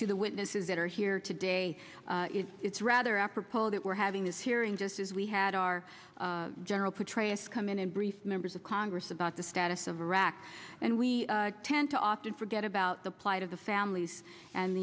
to the witnesses that are here today it's rather apropos that we're having this hearing just as we had our general petraeus come in and brief members of congress about the status of iraq and we tend to often forget about the plight of the families and